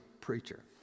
preacher